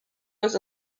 was